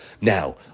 Now